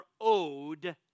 owed